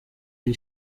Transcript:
iri